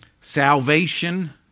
Salvation